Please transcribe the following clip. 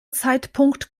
zeitpunkt